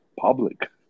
Public